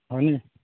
হয়নে